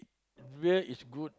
beer is good